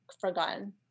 forgotten